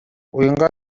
уянгаа